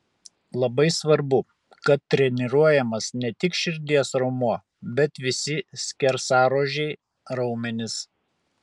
labai svarbu kad treniruojamas ne tik širdies raumuo bet visi skersaruožiai raumenys